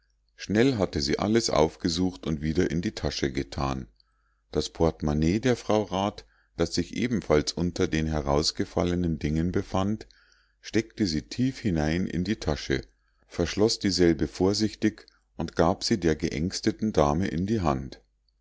schnell hatte sie alles aufgesucht und wieder in die tasche gethan das portemonnaie der frau rat das sich ebenfalls unter den herausgefallenen dingen befand steckte sie tief hinein in die tasche verschloß dieselbe vorsichtig und gab sie der geängsteten dame in die hand